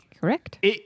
Correct